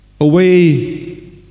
away